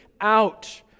out